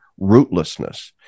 rootlessness